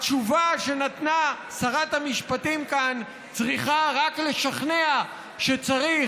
התשובה שנתנה שרת המשפטים כאן צריכה רק לשכנע שצריך,